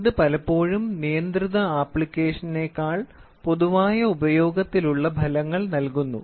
ഇത് പലപ്പോഴും നിയന്ത്രിത അപ്ലിക്കേഷനെക്കാൾ പൊതുവായ ഉപയോഗത്തിലുള്ള ഫലങ്ങൾ നൽകുന്നു